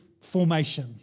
formation